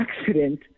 accident